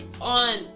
on